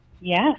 Yes